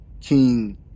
King